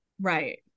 Right